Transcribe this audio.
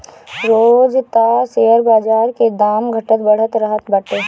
रोज तअ शेयर बाजार के दाम घटत बढ़त रहत बाटे